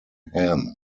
ham